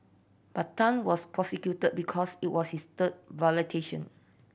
but Tan was prosecuted because it was his third